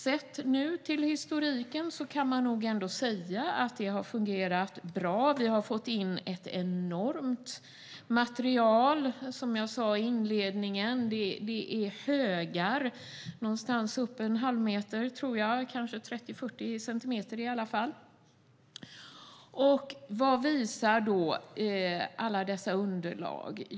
Sett till historiken kan man nog ändå säga att det har fungerat bra. Vi har fått in ett enormt material, som jag sa i inledningen. Det är högar på någonstans upp till en halv meter, tror jag - i alla fall kanske 30-40 centimeter. Vad visar då alla dessa underlag?